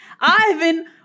Ivan